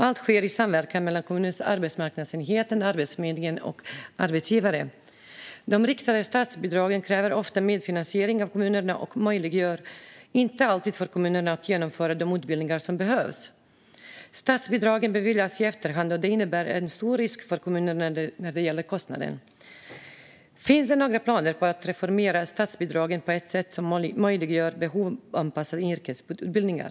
Allt sker i samverkan mellan kommunens arbetsmarknadsenhet, Arbetsförmedlingen och arbetsgivare. De riktade statsbidragen kräver ofta medfinansiering av kommunerna och gör det inte alltid möjligt för kommunerna att genomföra de utbildningar som behövs. Statsbidragen beviljas i efterhand, och det innebär en stor risk för kommunerna när det gäller kostnaden. Finns det några planer på att reformera statsbidragen på ett sätt som möjliggör behovsanpassade yrkesutbildningar?